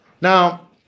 now